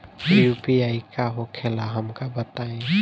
UPI का होखेला हमका बताई?